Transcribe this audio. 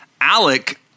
Alec